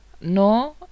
No